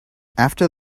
after